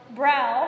brow